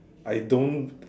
I don't